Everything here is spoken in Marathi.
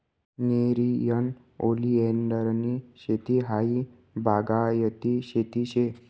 नेरियन ओलीएंडरनी शेती हायी बागायती शेती शे